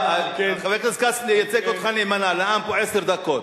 חבר הכנסת כץ ייצג אותך נאמנה, נאם פה עשר דקות.